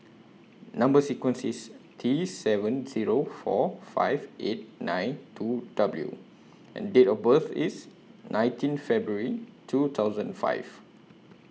Number sequence IS T seven Zero four five eight nine two W and Date of birth IS nineteen February two thousand five